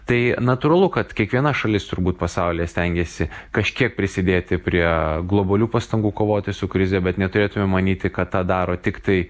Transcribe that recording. tai natūralu kad kiekviena šalis turbūt pasaulyje stengiasi kažkiek prisidėti prie globalių pastangų kovoti su krize bet neturėtumėm manyti kad tą daro tiktai